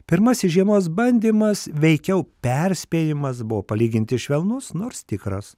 pirmasis žiemos bandymas veikiau perspėjimas buvo palyginti švelnus nors tikras